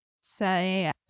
say